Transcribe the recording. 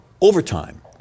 overtime